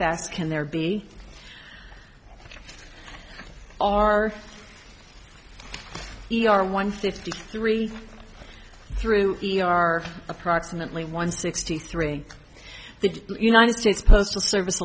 fast can there be are e r one fifty three through e r approximately one sixty three the united states postal service